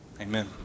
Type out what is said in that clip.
amen